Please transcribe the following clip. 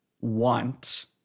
want